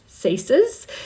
ceases